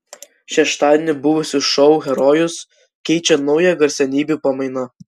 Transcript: šeštadienį buvusius šou herojus keičia nauja garsenybių pamaina